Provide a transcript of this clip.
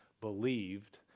believed